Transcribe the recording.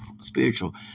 spiritual